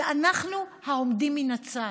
אנחנו העומדים מן הצד,